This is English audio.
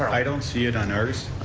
i don't see it on ours,